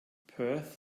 perth